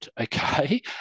okay